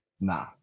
Nah